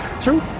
True